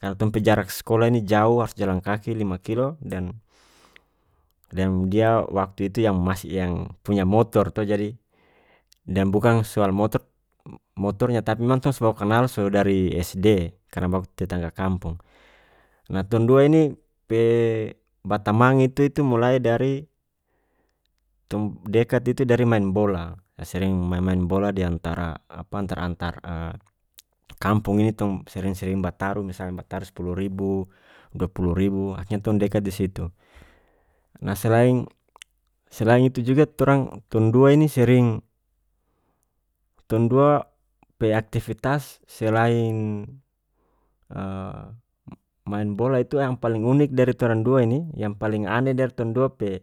Kalu torang pe jarak skolah ini jaoh harus jalan kaki lima kilo dan deng dia waktu itu yang masih yang punya motor to jadi deng bukang soal motor- motornya tapi memang tong so baku kanal so dari SD karena baku tetangga kampong nah tong dua ini pe batamang itu- itu mulai dari tong dekat itu dari main bola sering maen maen bola diantara apa antar antar kampong ini sering-sering bataru misalnya bataru spuluh ribu dua puluh ribu akhrnya tong dekat disitu nah selain- selain itu juga torang tong dua ini sering tong dua pe aktifitas selain m-main bola itu yang paling unik dari torang dua ini yang paling aneh dari tong dua pe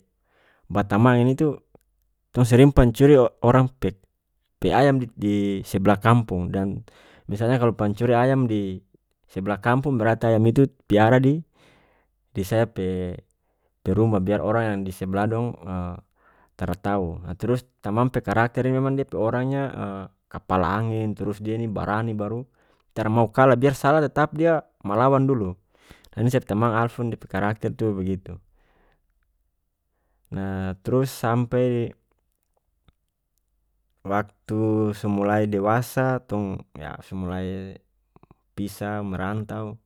batamang yang itu tong sering pancuri o- orang pe- pe ayam di- di sebelah kampong dan misalnya kalu pancuri ayam di sebelah kampong berarti ayam itu piara di- di saya pe- pe rumah biar orang yang di sebelah dong tara tau trus tamang pe karakter ini memang dia pe orangnya kapala angin trus dia ini barani baru tara mau kalah biar salah tetap dia malawan dulu ini saya pe tamang alfons dia pe karakter tu begitu nah trus sampe waktu so mulai dewasa tong yah so mulai pisah merantau.